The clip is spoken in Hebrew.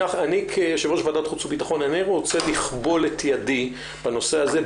אני כיושב-ראש ועדת החוץ והביטחון אינני רוצה לכבול את ידי בנושא הזה,